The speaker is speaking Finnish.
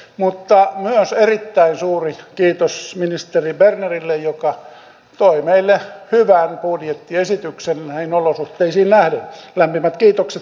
mutta myös erittäin suuri kiitos ministeri bernerille joka toi meille hyvän budjettiesityksen näihin olosuhteisiin nähden lämpimät kiitokset siitä